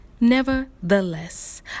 Nevertheless